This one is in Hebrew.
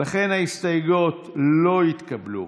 ההסתייגויות לא התקבלו.